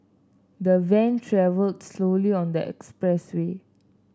the van travelled slowly on the expressway